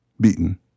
beaten